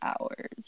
hours